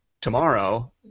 tomorrow